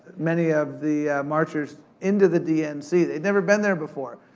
many of the marchers into the dnc, they'd never been there before.